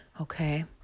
okay